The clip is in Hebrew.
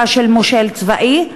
בהחלטה של מושל צבאי,